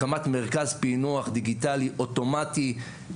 הקמת מרכז פיענוח דיגיטלי אוטומטי,